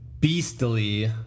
beastly